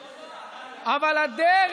זה לא טוב, אבל הדרך,